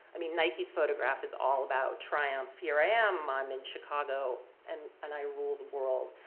i mean nike's photograph is all about triumph. here i am. i'm in chicago and and i rule the world.